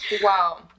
wow